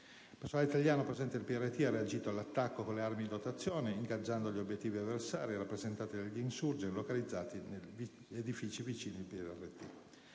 Personale italiano presente nel PRT ha reagito all'attacco con le armi in dotazione ingaggiando gli obiettivi avversari rappresentati dagli *insurgent* localizzati negli edifici vicini al PRT.